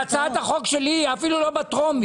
הצעת החוק שלי היא אפילו לא בטרומי.